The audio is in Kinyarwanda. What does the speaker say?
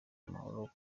amahoro